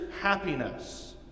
happiness